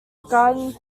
regarding